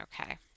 Okay